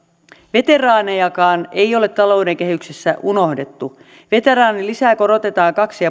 veteraanejakaan ei ole talouden kehyksissä unohdettu veteraanilisää korotetaan kaksi